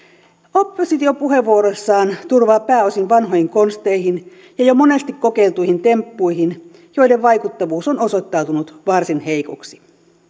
oppositio puheenvuoroissaan turvaa pääosin vanhoihin konsteihin ja jo monesti kokeiltuihin temppuihin joiden vaikuttavuus on osoittautunut varsin heikoksi